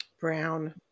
Brown